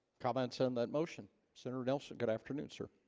comments on that motion senator nelson good afternoon sir